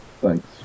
Thanks